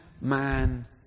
man